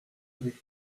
avec